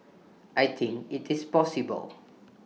I think IT is possible